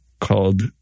called